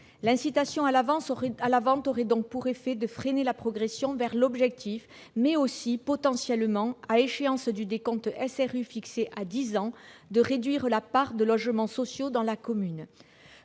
L'incitation à la vente aurait donc pour effet de freiner la progression vers l'objectif, mais aussi potentiellement, à échéance du décompte SRU fixé à dix ans, de réduire la part de logements sociaux dans la commune.